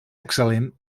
excel·lent